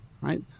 right